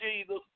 Jesus